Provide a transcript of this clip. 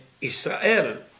Israel